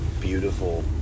beautiful